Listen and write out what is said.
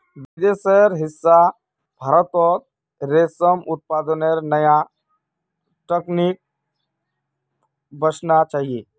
विदेशेर हिस्सा भारतत रेशम उत्पादनेर नया तकनीक वसना चाहिए